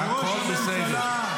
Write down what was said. יש חופש דיבור במדינת ישראל.